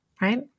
right